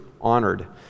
honored